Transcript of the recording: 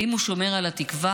האם הוא שומר על התקווה?